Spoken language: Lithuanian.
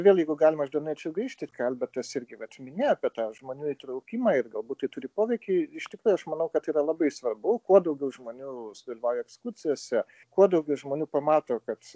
vėl jeigu galima aš dar norėčiau grįžti ką albertas irgi vat minėjo apie tą žmonių įtraukimą ir galbūt tai turi poveikį iš tikrųjų aš manau kad yra labai svarbu kuo daugiau žmonių dalyvauja ekskursijose kuo daugiau žmonių pamato kad